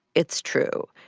it's true.